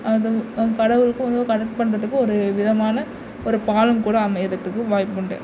அதும் கடவுளுக்கும் வந்து ஒரு கனெக்ட் பண்ணுறதுக்கும் ஒரு விதமான ஒரு பாலம் கூட அமைகிறத்துக்கு வாய்ப்புண்டு